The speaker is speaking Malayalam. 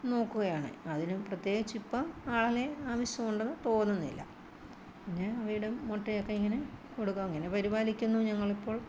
നോക്കുകയാണ് അതിനു പ്രത്യേകിച്ച് ഇപ്പം ആളെ ആവശ്യമുണ്ടെന്നു തോന്നുന്നില്ല പിന്നെ അവയുടെ മുട്ടയുമൊക്കെ ഇങ്ങനെ കൊടുക്കും അങ്ങനെ പരിപാലിക്കുന്നു ഞങ്ങളിപ്പോൾ